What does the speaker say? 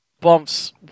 Bombs